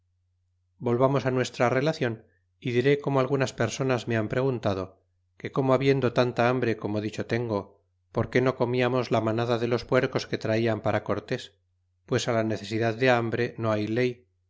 volvamos á nuestra relacion y diré como algunas personas me han preguntado que como habiendo tanta hambre como dicho tengo porque no comiamos la manada de los puercos que tratan para cortés pues á la necesidad de hambre no hay ley